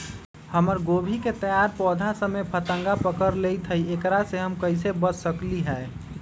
हमर गोभी के तैयार पौधा सब में फतंगा पकड़ लेई थई एकरा से हम कईसे बच सकली है?